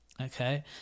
okay